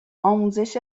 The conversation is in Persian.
آموزش